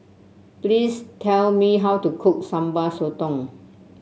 please tell me how to cook Sambal Sotong